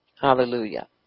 hallelujah